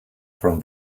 from